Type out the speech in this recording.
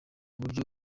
buryo